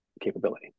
capability